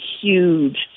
huge